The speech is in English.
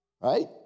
Right